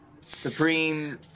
Supreme